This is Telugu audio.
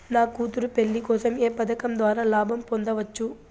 నా కూతురు పెళ్లి కోసం ఏ పథకం ద్వారా లాభం పొందవచ్చు?